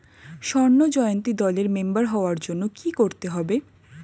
স্বর্ণ জয়ন্তী দলের মেম্বার হওয়ার জন্য কি করতে হবে?